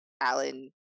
Alan